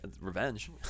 revenge